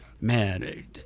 man